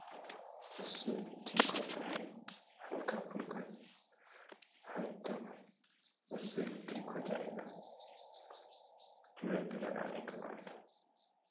उससे भी ठीक होता है हल्का फुल्का है तब उससे भी ठीक हो जाएगा चुड़ाए के लगाने के बाद